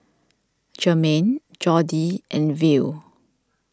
Jermain Jordi and Will